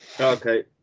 Okay